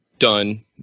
Done